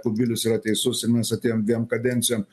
kubilius yra teisus ir mes atėjom dviem kadencijom